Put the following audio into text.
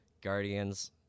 Guardians